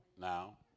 now